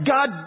God